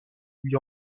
lui